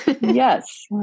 Yes